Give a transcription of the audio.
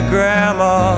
Grandma